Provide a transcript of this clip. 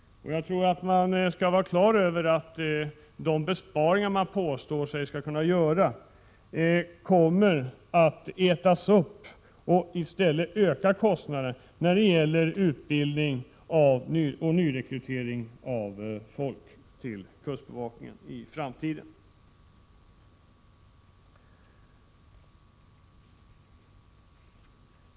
Jag tror att man skall ha klart för sig att de besparingar som påstås kunna göras kommer att ätas upp. I stället kommer kostnaderna att öka för utbildning och nyrekrytering av folk till kustbevakningen i framtiden.